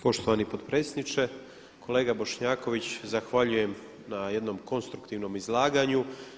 Poštovani potpredsjedniče, kolega Bošnjaković zahvaljujem na jednom konstruktivnom izlaganju.